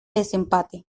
desempate